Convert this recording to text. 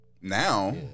Now